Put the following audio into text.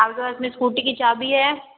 आपके पास में स्कूटी की चाभी है